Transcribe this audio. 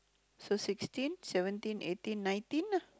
so sixteen seventeen eighteen nineteen ah